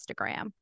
Instagram